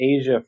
Asia